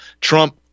Trump